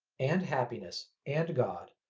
and happiness, and god,